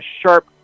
sharp